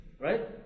right